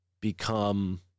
become